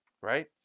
right